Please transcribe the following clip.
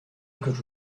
good